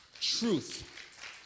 Truth